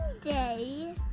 day